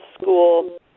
School